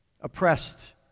oppressed